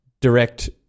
direct